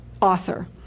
author